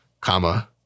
comma